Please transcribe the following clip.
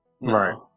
Right